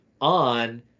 on